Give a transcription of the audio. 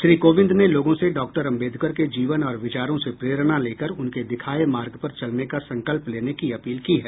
श्री कोविंद ने लोगों से डॉक्टर अम्बेडकर के जीवन और विचारों से प्रेरणा लेकर उनके दिखाये मार्ग पर चलने का संकल्प लेने की अपील की है